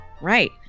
right